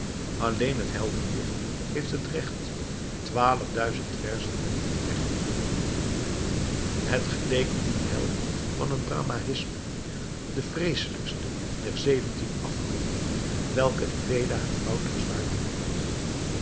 alleen het heldendicht heeft het recht twaalf duizend verzen met een gevecht te vullen het geleek die hel van het bramahisme de vreeselijkste der zeventien afgronden welke de veda het woud der zwaarden noemt